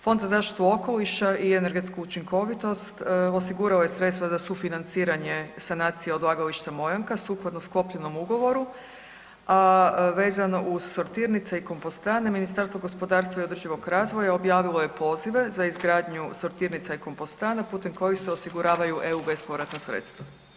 Fond za zaštitu okoliša i energetsku učinkovitost osigurao je sredstva za sufinanciranje sanacije odlagališta Mojanka sukladno sklopljenom ugovoru, a vezano uz sortirnice i kompostane Ministarstvo gospodarstva i održivog razvoja objavilo je pozive za izgradnju sortirnica i kompostana putem kojih se osiguravaju EU bespovratna sredstava.